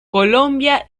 colombia